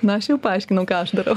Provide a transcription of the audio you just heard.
na aš jau paaiškinau ką aš darau